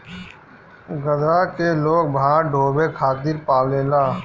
गदहा के लोग भार ढोवे खातिर पालेला